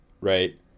right